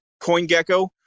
CoinGecko